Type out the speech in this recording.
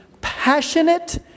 passionate